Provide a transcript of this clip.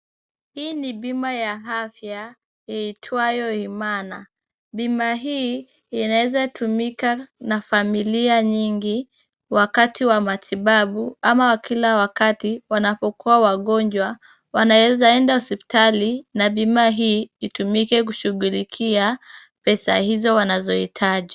Hii ni bima ya afya iitwayo Imana. Bima hii inaweza tumika na familia nyingi wakati wa matibabu ama kila wakati wanapokuwa wagonjwa. Wanaweza enda hospitali na bima hii itumike kushughulikia pesa hizo wanazohitaji.